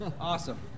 Awesome